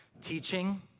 teaching